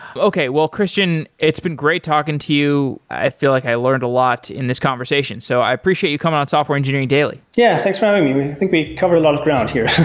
okay. well, christian, it's been great talking to you. i feel like i learned a lot in this conversation, so i appreciate you coming on software engineering daily yeah, thanks for having me. i think we covered a lot of ground here.